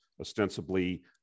ostensibly